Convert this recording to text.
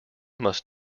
must